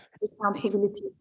responsibility